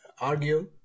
argue